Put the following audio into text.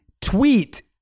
tweet